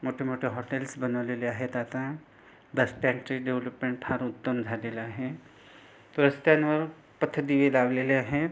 मोठेमोठे हॉटेल्स बनवलेले आहेत आता रस्त्याची डेवलपमेंट फार उत्तम झालेलं आहे रस्त्यांवर पथदिवे लावलेले आहे